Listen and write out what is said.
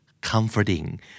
comforting